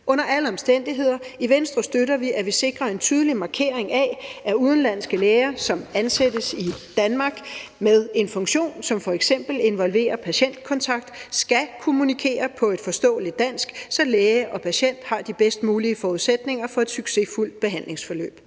Under alle omstændigheder: I Venstre støtter vi, at vi sikrer en tydelig markering af, at udenlandske læger, som ansættes i Danmark med en funktion, som f.eks. involverer patientkontakt, skal kommunikere på et forståeligt dansk, så læge og patient har de bedst mulige forudsætninger for et succesfuldt behandlingsforløb,